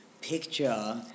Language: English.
picture